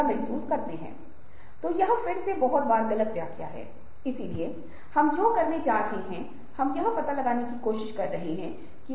सहानुभूति के बारे में प्रासंगिकता के कुछ प्रमुख बिंदु जिन्हें हम लिंग और सहानुभूति पर स्पर्श करेंगे